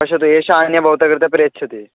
पश्यतु एषा अन्या भवतः कृते प्रेषयति